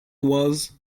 was